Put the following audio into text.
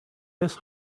this